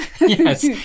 Yes